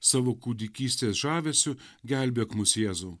savo kūdikystės žavesiu gelbėk mus jėzau